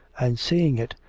and seeing it,